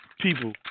people